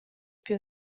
più